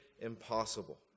impossible